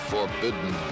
Forbidden